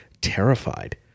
terrified